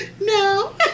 No